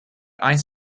ice